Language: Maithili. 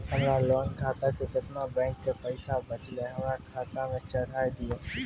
हमरा लोन खाता मे केतना बैंक के पैसा बचलै हमरा खाता मे चढ़ाय दिहो?